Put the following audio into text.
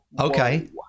Okay